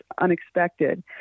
unexpected